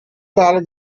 follow